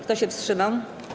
Kto się wstrzymał?